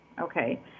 Okay